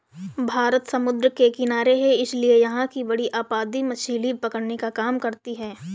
भारत समुद्र के किनारे है इसीलिए यहां की बड़ी आबादी मछली पकड़ने के काम करती है